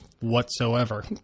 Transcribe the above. whatsoever